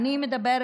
התמורה.